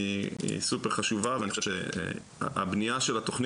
היא סופר חשובה ואני חושב שהבנייה של התוכנית